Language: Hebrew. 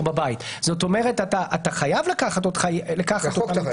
לבד בבית ואתה חייב לקחת אותם אתך.